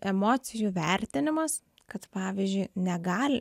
emocijų įvertinimas kad pavyzdžiui negali